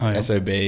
SOB